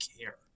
care